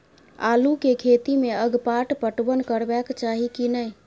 आलू के खेती में अगपाट पटवन करबैक चाही की नय?